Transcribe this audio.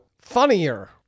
funnier